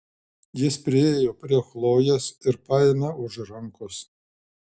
jis priėjo prie chlojės ir paėmė už rankos